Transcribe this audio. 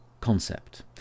concept